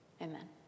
Amen